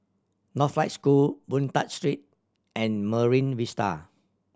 Northlight School Boon Tat Street and Marine Vista